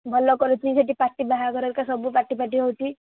ଭଲ କରୁଛି ସେଠି ପାର୍ଟି ବାହାଘର ହେରିକା ସବୁ ପାର୍ଟି ଫାର୍ଟି ହେଉଛି